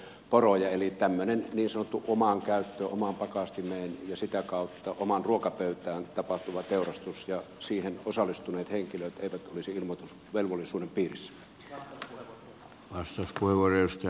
eli tämmöinen niin sanottu omaan käyttöön omaan pakastimeen ja sitä kautta omaan ruokapöytään tapahtuva teurastus ja siihen osallistuneet henkilöt eivät olisi ilmoitusvelvollisuuden piirissä